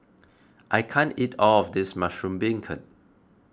I can't eat all of this Mushroom Beancurd